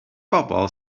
bobl